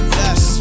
yes